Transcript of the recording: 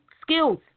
skills